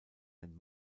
den